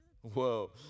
whoa